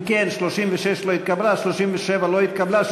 אם כן, 36 לא נתקבלה, 37 לא נתקבלה.